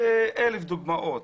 זה אלף דוגמאות,